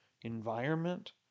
environment